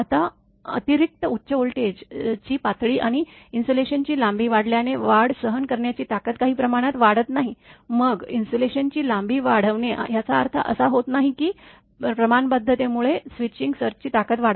आता अतिरिक्त उच्च व्होल्टेज ची पातळी आणि इन्सुलेशनची लांबी वाढल्याने वाढ सहन करण्याची ताकद काही प्रमाणात वाढत नाही मग इन्सुलेशनची लांबी वाढवणे याचा अर्थ असा होत नाही की प्रमाणबद्धतेमुळे स्विचिंग सर्जची ताकद वाढते